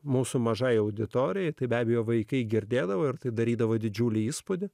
mūsų mažąja auditorijai tai be abejo vaikai girdėdavo ir tai darydavo didžiulį įspūdį